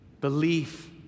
Belief